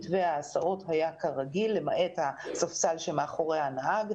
מתווה ההסעות היה כרגיל למעט הספסל שמאחורי הנהג.